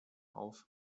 auf